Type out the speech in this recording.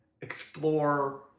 explore